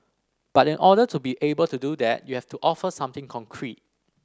but in order to be able to do that you have to offer something concrete